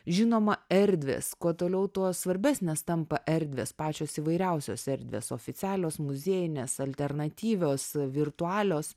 žinoma erdvės kuo toliau tuo svarbesnės tampa erdvės pačios įvairiausios erdvės oficialios muziejinės alternatyvios virtualios